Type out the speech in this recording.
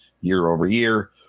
year-over-year